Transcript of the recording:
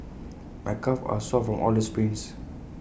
my calves are sore from all the sprints